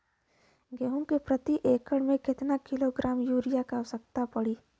गेहूँ के प्रति एक एकड़ में कितना किलोग्राम युरिया क आवश्यकता पड़ी?